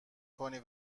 کنی